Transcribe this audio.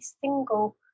single